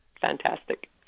Fantastic